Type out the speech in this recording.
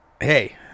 hey